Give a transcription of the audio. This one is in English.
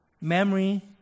memory